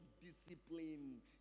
discipline